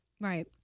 Right